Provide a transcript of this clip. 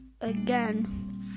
again